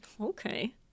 Okay